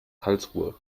karlsruhe